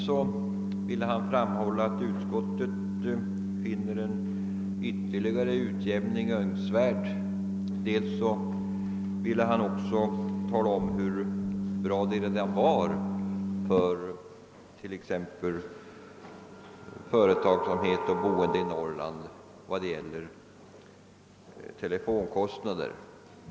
Dels ville han framhålla att utskottet finner en ytterligare utjämning önskvärd, dels ville han tala om hur bra det redan är ordnat för företagsamheten och invånarna i Norrland med avseende på telefonkostnaderna.